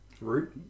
Root